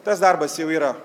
tas darbas jau yra